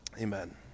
Amen